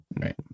right